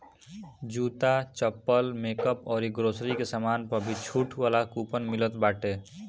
जूता, चप्पल, मेकअप अउरी ग्रोसरी के सामान पअ भी छुट वाला कूपन मिलत बाटे